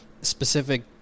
specific